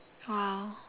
!wow!